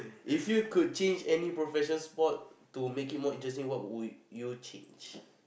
if you could change any professional sport to make it more interesting what would you change